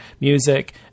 music